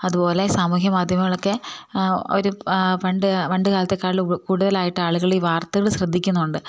അതുപോലെ സാമൂഹ്യ മാധ്യമങ്ങളൊക്കെ ഒരു പണ്ട് പണ്ട് കാലത്തേക്കാൾ കൂടുതലായിട്ട് ആളുകൾ ഈ വാർത്തകൾ ശ്രദ്ധിക്കുന്നുണ്ട്